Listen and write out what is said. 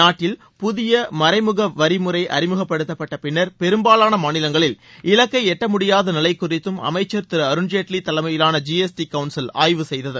நாட்டில் புதிய மறைமுக வரி முறை அறிமுகப்படுத்தப்பட்ட பின்னா் பெரும்பாலான மாநிலங்களில் இலக்கை எட்டமுடியாத நிலை குறித்தும் அமைச்சர் திரு அருன்ஜேட்லி தலைமையிலான ஜி எஸ் டி கவுன்சில் ஆய்வு செய்தது